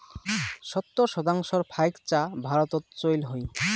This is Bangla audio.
সত্তর শতাংশর ফাইক চা ভারতত চইল হই